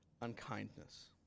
unkindness